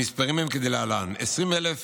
המספרים הם כדלהלן: 20,000